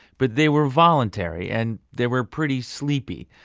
but they were voluntary and there were pretty sleepy.